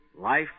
Life